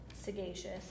sagacious